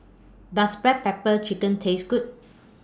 Does Black Pepper Chicken Taste Good